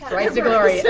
rise to glory.